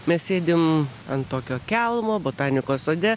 mes sėdim ant tokio kelmo botanikos sode